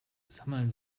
sammeln